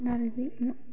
नारजि अमा